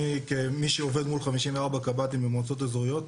אני כמי שעובד מול 154 קב"טים במועצות אזוריות,